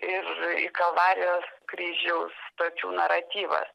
ir į kalvarijos kryžiaus stočių naratyvą